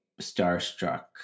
starstruck